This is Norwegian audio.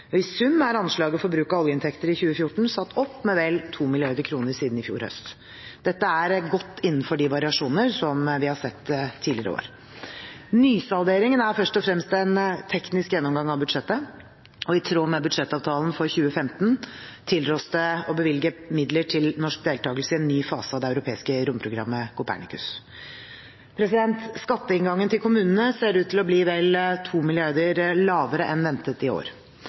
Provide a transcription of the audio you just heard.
I sum er anslaget for bruk av oljeinntekter i 2014 satt opp med vel 2 mrd. kr siden i fjor høst. Dette er godt innenfor de variasjoner som vi har sett tidligere år. Nysalderingen er først og fremst en teknisk gjennomgang av budsjettet, og i tråd med budsjettavtalen for 2015 tilrås det å bevilge midler til norsk deltakelse i en ny fase av det europeiske romprogrammet Copernicus. Skatteinngangen til kommunene ser ut til å bli vel 2 mrd. kr lavere enn ventet i år.